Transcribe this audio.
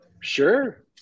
sure